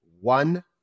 one